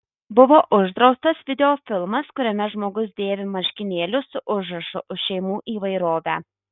buvo uždraustas videofilmas kuriame žmogus dėvi marškinėlius su užrašu už šeimų įvairovę